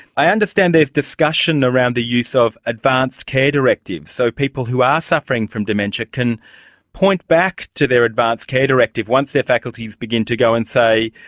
i understand there's discussion around the use of advanced care directives, so people who are suffering from dementia can point back to their advanced care directive once their faculties begin to go and say,